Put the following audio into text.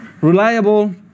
Reliable